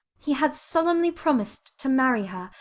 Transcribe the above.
he had solemnly promised to marry her,